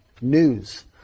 news